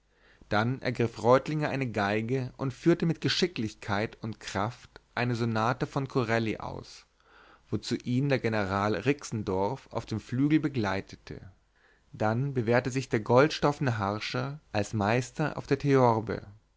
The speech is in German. dann ergriff reutlinger eine geige und führte mit geschicklichkeit und kraft eine sonate von corelli aus wozu ihn der general rixendorf auf dem flügel begleitete dann bewährte sich der goldstoffne harscher als meister auf der theorbe